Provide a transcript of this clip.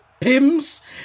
Pims